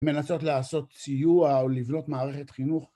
מנסות לעשות סיוע או לבנות מערכת חינוך.